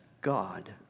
God